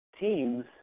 teams